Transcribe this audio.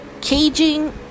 caging